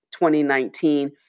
2019